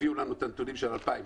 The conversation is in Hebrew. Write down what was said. הביאו לנו את הנתונים של 2017,